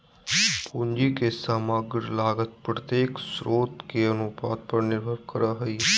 पूंजी के समग्र लागत प्रत्येक स्रोत के अनुपात पर निर्भर करय हइ